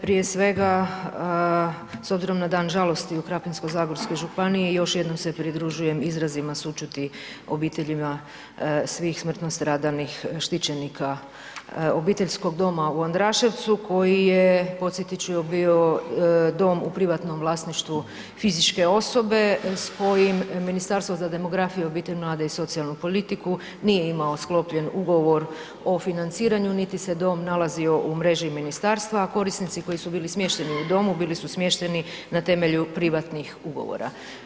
Prije svega, s obzirom na dan žalosti u Krapinsko-zagorskoj županiji, još jednom se pridružujem izrazima sućuti obiteljima svih smrtno stradalih štićenika Obiteljskog doma u Andraševcu koji je, podsjetit ću bio dom u privatnom vlasništvu fizičke osobe s kojim Ministarstvo za demografiju obitelj, mlade i socijalnu politiku, nije imao sklopljen ugovor o financiranju, niti se dom nalazio u mreži ministarstva, a korisnici koji su bili smješteni u domu bili su smješteni na temelju privatnih ugovora.